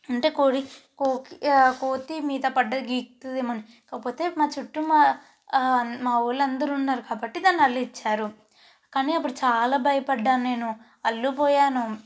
అంటే కోడి కో కోతి మీద పడ్డది గీకుతుందేమో అని కాకపోతే మా చుట్టు మా మావాళ్ళు అందరూ ఉన్నారు కాబట్టి దాన్ని హడలించారు కానీ అప్పుడు చాలా భయపడ్డాను నేను అల్లుకుపోయాను